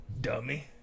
dummy